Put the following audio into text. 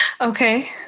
Okay